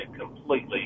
completely